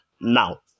Now